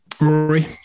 Rory